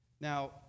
Now